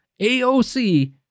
AOC